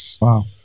wow